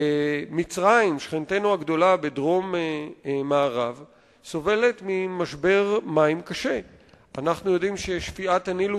על מה אנחנו מדברים ואיך אנחנו מתמודדים עם הנושא